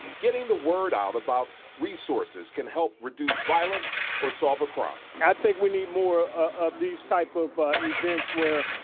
getting the word out about resource is can help reduce violence or solve a crime. i think we need more of these type of events where,